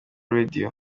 radio